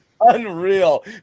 Unreal